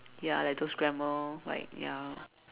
ya like those grammar like ya